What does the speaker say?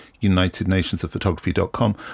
UnitedNationsOfPhotography.com